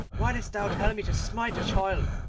why didst thou tell me to smite the child,